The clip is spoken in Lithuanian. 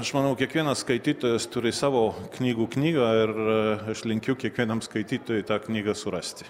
aš manau kiekvienas skaitytojas turi savo knygų knygą ir aš linkiu kiekvienam skaitytojui tą knygą surasti